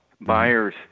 Buyers